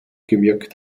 gewirkt